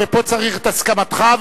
ופה צריך את הסכמתך,